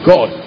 God